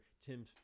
Tim